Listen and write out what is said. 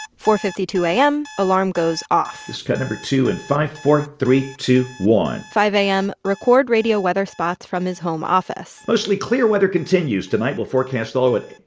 four fifty two a m, alarm goes off this is cut number two in five, four, three, two, one five a m, record radio weather spots from his home office mostly clear weather continues tonight, we'll forecast the low at